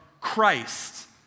Christ